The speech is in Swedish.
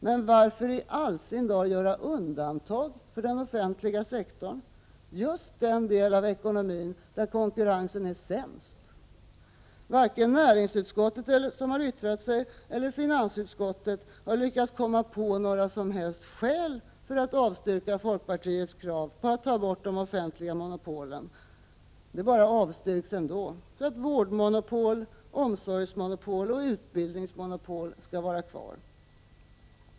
Men varför i all sin dar göra undantag för den offentliga sektorn — just den del av ekonomin där konkurrensen är sämst? Varken näringsutskottet, som har yttrat sig, eller finansutskottet har lyckats komma på några som helst skäl för att avstyrka folkpartiets krav på att ta bort de offentliga monopolen. Kravet bara avstyrks; vårdmonopol, omsorgsmonopol och utbildningsmonopol skall vara kvar.